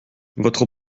votre